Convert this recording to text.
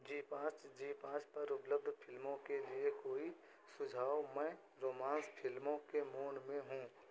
जी पाँच जी पाँच पर उपलब्ध फिल्मों के लिए कोई सुझाव मैं रोमांस फिल्मों के में हूँ